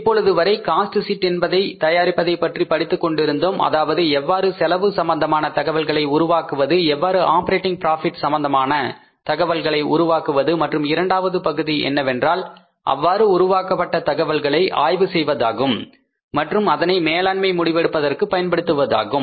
இப்பொழுது வரை cost sheet என்பதை தயாரிப்பதை பற்றி படித்துக் கொண்டிருக்கின்றோம் அதாவது எவ்வாறு செலவு சம்பந்தமான தகவல்களை உருவாக்குவது எவ்வாறு ஆப்பரேட்டிங் ப்ராபிட் சம்பந்தமான தகவல்களை உருவாக்குவது மற்றும் இரண்டாவது பகுதி என்னவென்றால் அவ்வாறு உருவாக்கப்பட்ட தகவல்களை ஆய்வு செய்வதாகும் மற்றும் அதனை மேலாண்மை முடிவெடுப்பதற்கு பயன்படுத்துவதாகும்